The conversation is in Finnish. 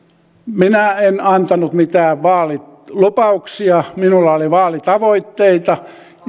minä en antanut mitään vaalilupauksia minulla oli vaalitavoitteita